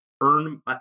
earn